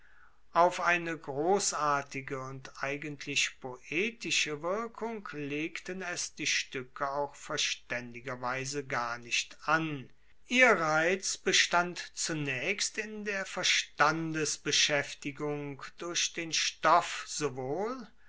auf eine grossartige und eigentlich poetische wirkung legten es die stuecke auch verstaendigerweise gar nicht an ihr reiz bestand zunaechst in der verstandesbeschaeftigung durch den stoff sowohl